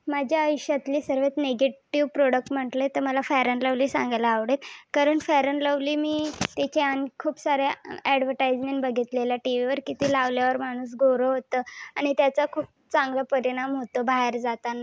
माझा आयुष्यातली सर्वात निगेटिव्ह प्रोडक्ट म्हटले तर मला फेअर अँड लव्हली सांगायला आवडेल कारण फेअर अँड लव्हली मी त्याचा खूप साऱ्या ॲडव्हर्टाइजमेंट बघितलेल्या टी व्हीवर की ते लावल्यावर माणूस गोरं होतं आणि त्याचे खूप चांगला परिणाम होतो बाहेर जाताना